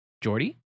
Jordy